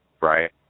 Right